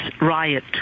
riot